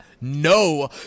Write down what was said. no